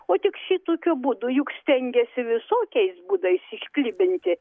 o tik šitokiu būdu juk stengiasi visokiais būdais išklibinti